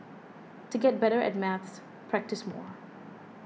to get better at maths practise more